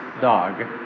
dog